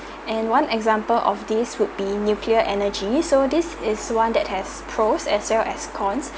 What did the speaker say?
and one example of this would be nuclear energy so this is one that has pros as well as cons